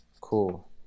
Cool